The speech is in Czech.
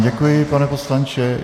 Děkuji vám, pane poslanče.